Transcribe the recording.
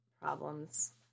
problems